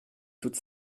toute